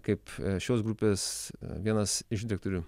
kaip šios grupės vienas iš diktorių